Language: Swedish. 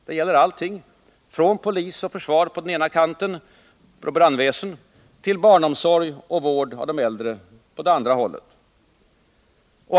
Det gäller allting från polis, försvar och brandväsen på den ena kanten till barnomsorg och vård av de äldre på den andra.